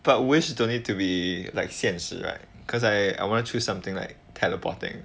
but wish don't need to be like 现实 right cause I I wanna choose something like teleporting